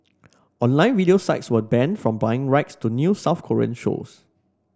online video sites were banned from buying rights to new South Korean shows